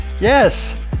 Yes